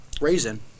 raisin